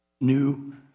new